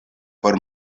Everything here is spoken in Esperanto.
por